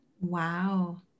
Wow